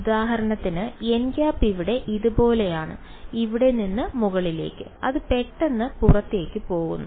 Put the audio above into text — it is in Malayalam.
ഉദാഹരണത്തിന് nˆ ഇവിടെ ഇതുപോലെയാണ് ഇവിടെ നിന്ന് മുകളിലാണ് അത് പെട്ടെന്ന് പുറത്തേക്ക് പോകുന്നു